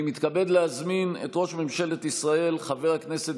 אני מתכבד להזמין את ראש ממשלת ישראל חבר הכנסת